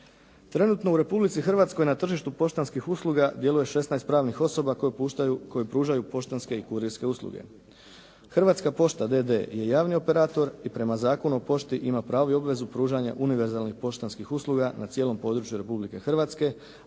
Trenutno u Republici Hrvatskoj na tržištu poštanskih usluga djeluje 16 pravnih osoba koje pružaju poštanske i kurirske usluge. Hrvatska pošta d.d. je javni operator i prema Zakonu o pošti ima pravo i obvezu pružanja univerzalni poštanskih usluga na cijelom području Republike Hrvatske